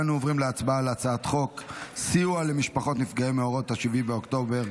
אנו עוברים להצבעה על הצעת חוק סיוע למשפחות נפגעי מאורעות 7 באוקטובר,